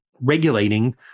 regulating